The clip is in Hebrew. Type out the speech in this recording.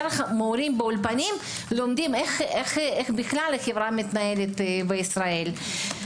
דרך מורים באולפנים לומדים איך בכלל החברה מתנהלת בישראל.